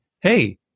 hey